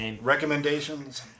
recommendations